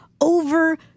over